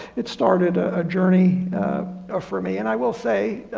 it started a ah journey ah for me and i will say,